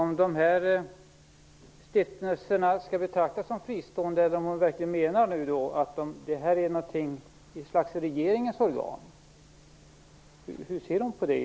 Skall stiftelserna betraktas som fristående, eller menar hon att de är regeringens organ? Hur ser hon på det?